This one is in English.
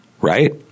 right